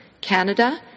Canada